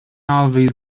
always